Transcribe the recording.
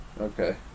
Okay